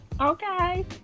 Okay